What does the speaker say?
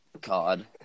God